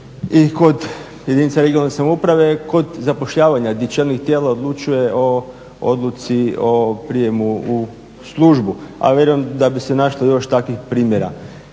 i kod jedinica regionalne samouprave kod zapošljavanja gdje čelnik tijela odlučuje o odluci o prijemu u službu, a vjerujem da bi se našlo još takvih primjera.